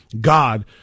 God